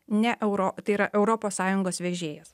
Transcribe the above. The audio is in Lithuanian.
ne euro tai yra europos sąjungos vežėjas